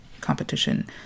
Competition